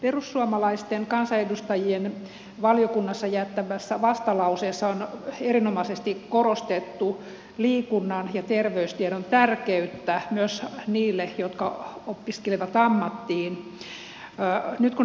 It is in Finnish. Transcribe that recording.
perussuomalaisten kansanedustajien valiokunnassa jättämässä vastalauseessa on erinomaisesti korostettu liikunnan ja terveystiedon tärkeyttä myös niille jotka opiskelevat ammattiin